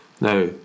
Now